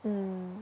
mm